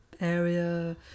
area